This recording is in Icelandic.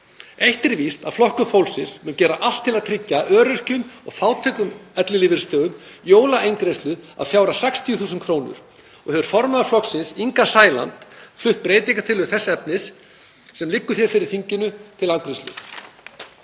Eitt er víst að Flokkur fólksins mun gera allt til að tryggja öryrkjum og fátækum ellilífeyrisþegum jólaeingreiðslu að fjárhæð 60.000 kr. og hefur formaður flokksins, Inga Sæland, flutt breytingartillögu þess efnis sem liggur hér fyrir þinginu til afgreiðslu.